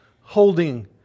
holding